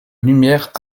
lumière